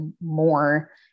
more